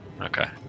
Okay